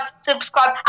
subscribe